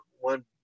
one